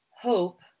Hope